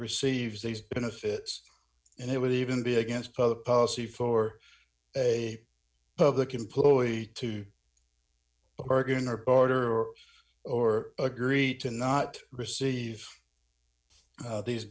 receives these benefits and it would even be against public policy for a public employee to bargain or barter or or agree to not receive these